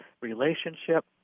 relationship